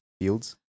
fields